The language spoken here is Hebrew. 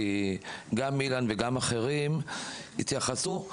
כי גם אילן וגם אחרים התייחסו,